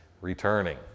returning